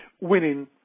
winning